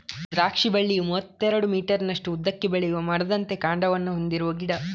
ದ್ರಾಕ್ಷಿ ಬಳ್ಳಿಯು ಮೂವತ್ತೆರಡು ಮೀಟರಿನಷ್ಟು ಉದ್ದಕ್ಕೆ ಬೆಳೆಯುವ ಮರದಂತೆ ಕಾಂಡವನ್ನ ಹೊಂದಿರುವ ಗಿಡ